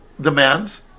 demands